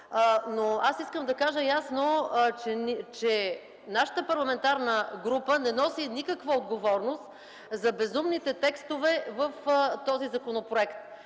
закон. Искам да кажа ясно, че нашата парламентарна група не носи никаква отговорност за безумните текстове в този законопроект.